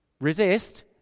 resist